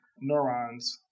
neurons